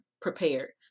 prepared